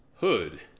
Hood